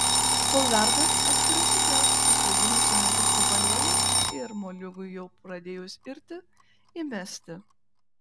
kol verda atskirai supjaustyti svogūnus į mažus gabalėlius ir moliūgui jau pradėjus irti įmesti